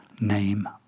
name